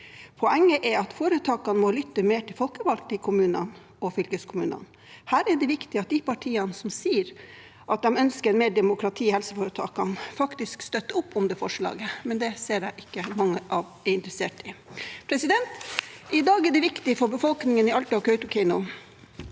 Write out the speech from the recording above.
Poenget er at foretakene må lytte mer til folkevalgte i kommuner og fylkeskommuner. Her er det viktig at de partiene som sier at de ønsker mer demokrati i helseforetakene, faktisk støtter opp om det forslaget, men det ser jeg ikke at mange er interessert i. I dag er det en svært viktig dag for befolkningen i Alta og Kautokeino.